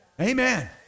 Amen